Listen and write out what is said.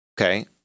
okay